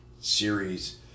series